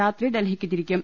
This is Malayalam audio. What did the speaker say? രാത്രി ഡൽഹിയ്ക്കു തിരിക്കും